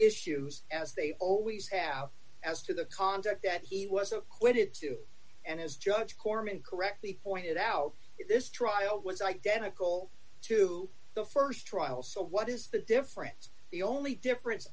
issues as they always have as to the content that he was acquitted to and his judge korman correctly pointed out that this trial was identical to the st trial so what is the difference the only difference